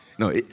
No